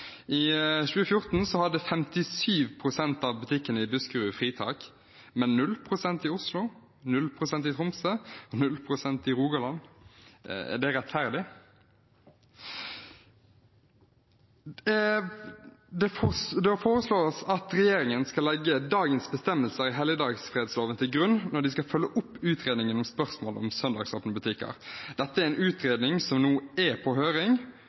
I 2014 hadde 57 pst. av butikkene i Buskerud fritak, men 0 pst. i Oslo, 0 pst. i Tromsø og 0 pst. i Rogaland. Er det rettferdig? Det foreslås at regjeringen skal legge dagens bestemmelser i helligdagsfredloven til grunn når de skal følge opp utredningen av spørsmålet om søndagsåpne butikker. Dette er en utredning som nå er på høring.